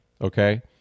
okay